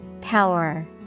Power